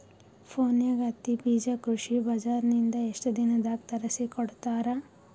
ಫೋನ್ಯಾಗ ಹತ್ತಿ ಬೀಜಾ ಕೃಷಿ ಬಜಾರ ನಿಂದ ಎಷ್ಟ ದಿನದಾಗ ತರಸಿಕೋಡತಾರ?